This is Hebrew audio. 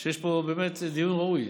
יש פה באמת דיון ראוי,